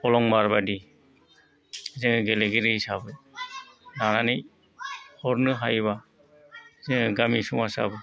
अलंबार बायदि जों गेलेगिरि हिसाबै लानानै हरनो हायोबा गामि समाजाव